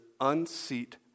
unseat